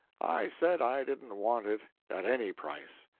i said i didn't want it at any price.